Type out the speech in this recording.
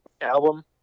album